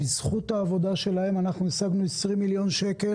בזכות העבודה שלהם אנחנו הסבנו 20 מיליון שקל